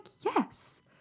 yes